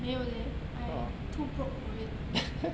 没有 leh I too broke for it